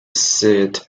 seat